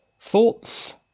Thoughts